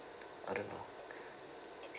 I don't know